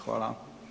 Hvala.